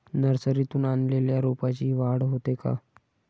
नर्सरीतून आणलेल्या रोपाची वाढ होते का?